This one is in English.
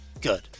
good